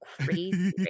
crazy